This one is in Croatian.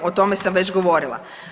O tome sam već govorila.